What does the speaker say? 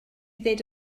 ddweud